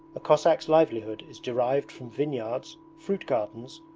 a cossack's livelihood is derived from vineyards, fruit-gardens,